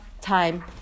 time